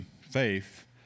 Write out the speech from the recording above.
faith